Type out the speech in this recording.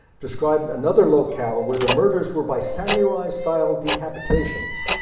described another locale where the murders were by samurai-style decapitations.